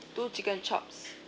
two chicken chops